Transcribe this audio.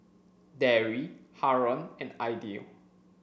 Dewi Haron and Aidil